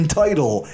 title